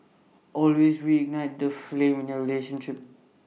always reignite the flame in your relationship